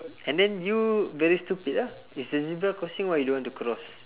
and then you very stupid ah it's a zebra crossing why you don't want to cross